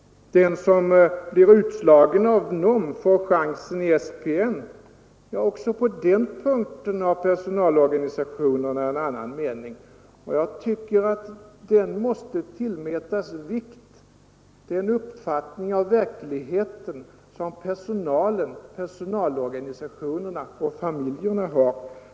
Den som blir utslagen i NOM får chansen i SPN. Också på den punkten har personalorganisationerna en annan mening och kan illustrera sin uppfattning med konkreta exempel. Jag tycker att den uppfattning av verkligheten som personalorganisationerna, personalen och familjerna har måste tillmätas vikt och påverka utformningen av åtgärderna.